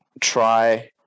try